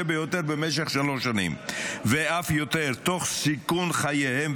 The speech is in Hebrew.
ביותר במשך שלוש שנים ואף יותר תוך סיכון חייהם,